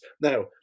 now